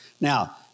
Now